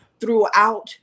throughout